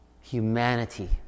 humanity